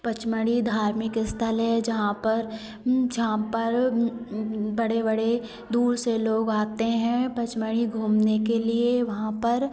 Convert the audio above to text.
पचमढ़ी धार्मिक अस्थल है जहाँ पर जहाँ पर बड़े बड़े दूर से लोग आते हैं पचमढ़ी घूमने के लिए वहाँ पर